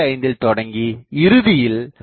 55 ல் தொடங்கி இறுதியில் 11